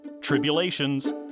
tribulations